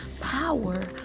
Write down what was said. power